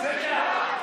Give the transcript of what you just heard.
התשפ"ב 2022,